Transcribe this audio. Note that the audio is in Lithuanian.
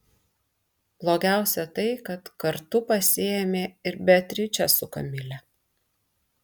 blogiausia tai kad kartu pasiėmė ir beatričę su kamile